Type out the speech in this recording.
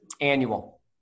Annual